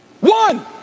one